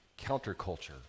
counterculture